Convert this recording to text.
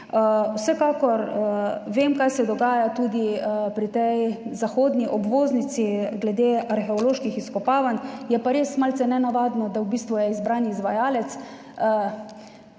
Vsekakor vem, kaj se dogaja tudi pri tej zahodni obvoznici glede arheoloških izkopavanj, je pa res malce nenavadno, da v bistvu je izbran izvajalec,